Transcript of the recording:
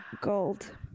gold